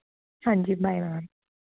ਹਾਂਜੀ bye ma'am